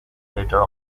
later